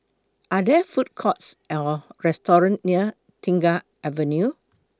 Are There Food Courts Or restaurants near Tengah Avenue